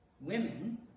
women